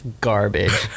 garbage